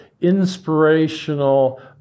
inspirational